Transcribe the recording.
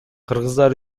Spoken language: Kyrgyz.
кыргыздар